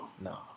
No